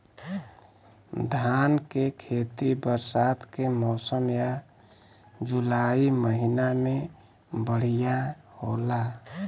धान के खेती बरसात के मौसम या जुलाई महीना में बढ़ियां होला?